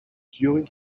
during